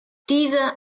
diese